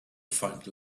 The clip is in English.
find